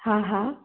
हा हा